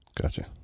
Gotcha